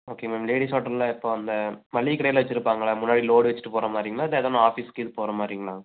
okay ma'am ladies ஓட்டுறதுல இப்போ அந்த மளிகை கடையில் வச்சுருப்பாங்களே முன்னாடி லோடு வச்சிட்டு போறமாதிரிங்களா இல்லை எதா ஒன்று ஆஃபீஸ்க்கு போறமாதிரிங்களா